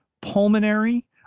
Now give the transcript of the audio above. pulmonary